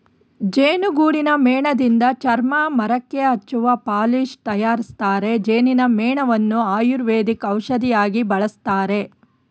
ಜೇನುಗೂಡಿನ ಮೇಣದಿಂದ ಚರ್ಮ, ಮರಕ್ಕೆ ಹಚ್ಚುವ ಪಾಲಿಶ್ ತರಯಾರಿಸ್ತರೆ, ಜೇನಿನ ಮೇಣವನ್ನು ಆಯುರ್ವೇದಿಕ್ ಔಷಧಿಯಾಗಿ ಬಳಸ್ತರೆ